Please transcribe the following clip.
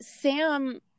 Sam